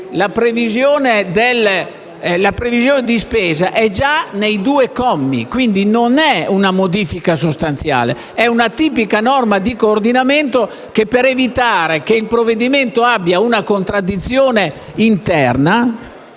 la previsione di spesa è già nei due commi. Quindi, non è una modifica sostanziale ma una tipica norma di coordinamento che, per evitare che il provvedimento abbia una contraddizione interna,